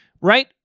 Right